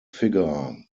figure